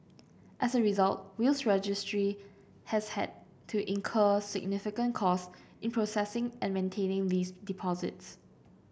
as a result Wills Registry has had to incur significant cost in processing and maintaining these deposits